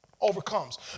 Overcomes